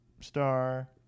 star